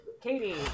Katie